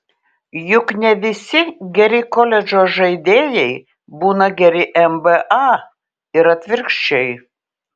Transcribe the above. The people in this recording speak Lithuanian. juk ne visi geri koledžo žaidėjai būna geri nba ir atvirkščiai